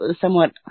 somewhat